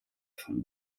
von